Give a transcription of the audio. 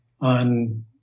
on